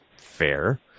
fair